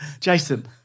Jason